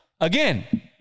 Again